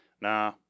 Nah